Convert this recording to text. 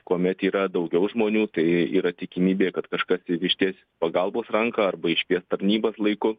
kuomet yra daugiau žmonių tai yra tikimybė kad kažkas išties pagalbos ranką arba iškvies tarnybas laiku